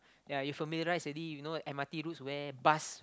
ya you familiarise already you know m_r_t routes where bus